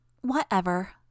Whatever